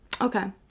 Okay